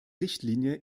richtlinie